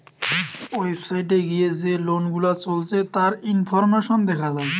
website এ গিয়ে যে লোন গুলা চলছে তার ইনফরমেশন দেখা যায়